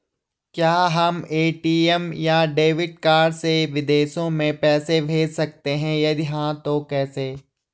क्या हम ए.टी.एम या डेबिट कार्ड से विदेशों में पैसे भेज सकते हैं यदि हाँ तो कैसे?